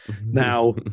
Now